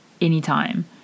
anytime